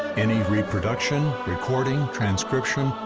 any reproduction, recording, transcription,